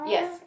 Yes